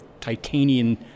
Titanian